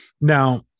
Now